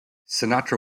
sinatra